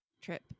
trip